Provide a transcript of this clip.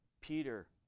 Peter